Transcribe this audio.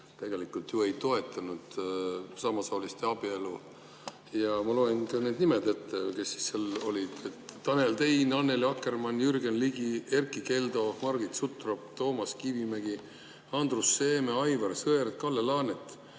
tegelikult ei toetanud samasooliste abielu. Ma loen need nimed ette, kes seal olid: Tanel Tein, Annely Akkermann, Jürgen Ligi, Erkki Keldo, Margit Sutrop, Toomas Kivimägi, Andrus Seeme, Aivar Sõerd, Kalle Laanet.